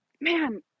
man